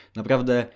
naprawdę